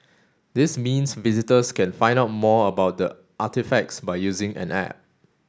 this means visitors can find out more about the artefacts by using an app